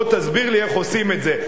בוא תסביר לי איך עושים את זה.